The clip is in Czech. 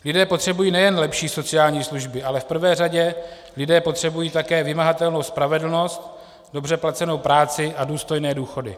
Lidé potřebují nejen lepší sociální služby, ale v prvé řadě lidé potřebují také vymahatelnou spravedlnost, dobře placenou práci a důstojné důchody.